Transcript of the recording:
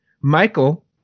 michael